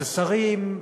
אז השרים,